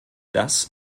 das